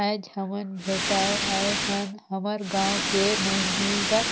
आयज हमन भेटाय आय हन हमर गांव के महिला